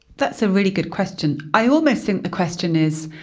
that's a really good question. i almost think the question is,